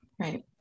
Right